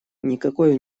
никакой